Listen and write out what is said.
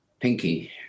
Pinky